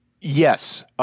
Yes